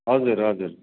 हजुर हजुर